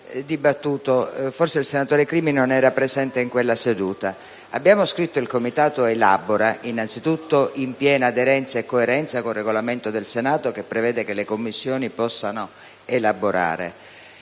(forse il senatori Crimi non era presente in quella seduta). Abbiamo scritto che il Comitato «elabora» innanzi tutto in piena aderenza e coerenza con il Regolamento del Senato, che prevede che le Commissioni possano «elaborare»,